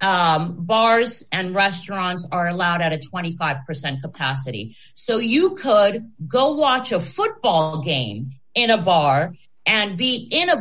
bars and restaurants are allowed at a twenty five percent capacity so you could go watch a football game in a bar and be in a